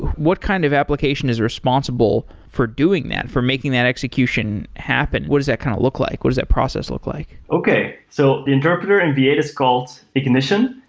what kind of application is responsible for doing that? for making that execution happen? what does that kind of look like? what does that process look like? okay. so the interpreter in v eight is called ignition,